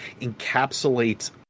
encapsulates